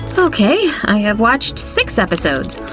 ah okay, i've watched six episodes.